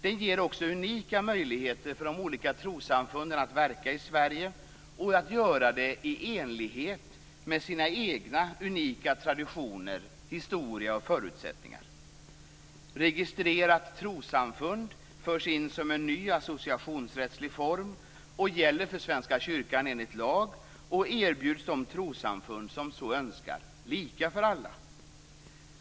Den ger också unika möjligheter för de olika trossamfunden att verka i Sverige och att göra det i enlighet med sina egna unika traditioner och förutsättningar och med sin historia. Registrerat trossamfund förs in som en ny associationsrättslig form, gäller för Svenska kyrkan enligt lag och erbjuds de trossamfund som så önskar - lika för alla.